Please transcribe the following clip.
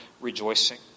rejoicing